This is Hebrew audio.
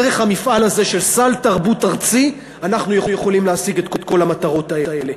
דרך המפעל הזה של סל תרבות ארצי אנחנו יכולים להשיג את כל המטרות האלה.